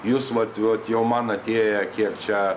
jūs vat vat jau man atėję kiek čia